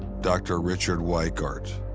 dr. richard weikart.